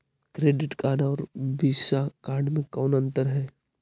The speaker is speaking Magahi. क्रेडिट कार्ड और वीसा कार्ड मे कौन अन्तर है?